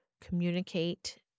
communicate